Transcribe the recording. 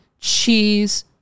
cheese